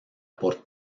por